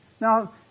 Now